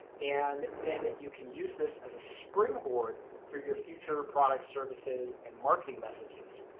and then you can use this as a springboard for your future products, services and marketing messages.